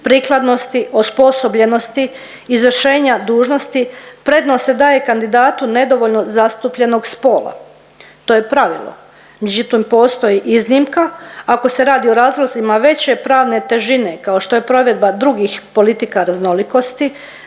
prikladnosti, osposobljenosti, izvršenja dužnosti, prednost se daje kandidatu nedovoljno zastupljenog spola. To je pravilo, međutim postoji iznimka ako se radi o razlozima veće pravne težine kao što je provedba drugih politika raznolikosti